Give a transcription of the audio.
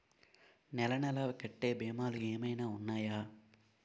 నెల నెల కట్టే భీమాలు ఏమైనా ఉన్నాయా?